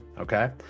Okay